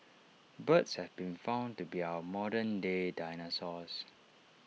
birds have been found to be our modern day dinosaurs